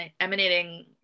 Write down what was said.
emanating